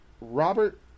Robert